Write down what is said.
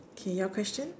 K your question